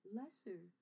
lesser